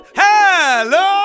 hello